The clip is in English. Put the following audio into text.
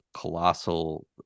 colossal